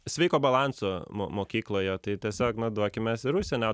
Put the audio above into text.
sveiko balanso mo mokykloje tai tiesiog na duokim mes ir užsienio